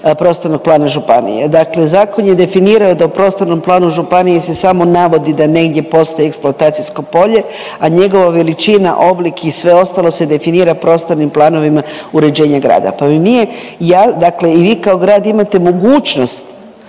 prostornog plana županije. Dakle, zakon je definirao da u prostornom planu županije se samo navodi da negdje postoji eksploatacijsko polje, a njegova veličina, oblik i sve ostalo se definira prostornim planovima uređenje grada pa mi nije, dakle i vi kao grad imate mogućnost